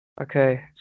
okay